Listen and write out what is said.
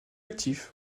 actif